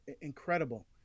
incredible